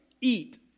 eat